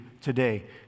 today